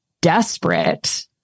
desperate